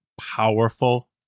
powerful